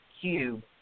cube